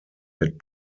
mit